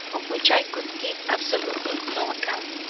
of which i could give absolutely no account.